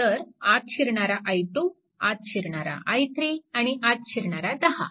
तर आत शिरणारा i2 आत शिरणारा i3 आणि आत शिरणारा 10